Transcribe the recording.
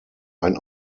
ein